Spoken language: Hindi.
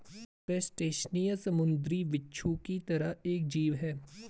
क्रस्टेशियन समुंद्री बिच्छू की तरह एक जीव है